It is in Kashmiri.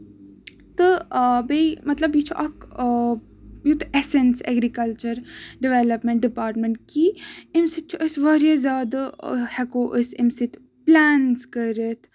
تہٕ بیٚیہِ مطلب یہِ چھُ اکھ یُتھ ایٚسینٕس اٮ۪گرِکَلچر ڈیولَپمینٹ ڈِپارٹمینٹ کہِ اَمہِ سۭتۍ چھِ أسۍ واریاہ زیادٕ ہٮ۪کو أسۍ اَمہِ سۭتۍ پِلینٕز کٔرِتھ